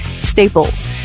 Staples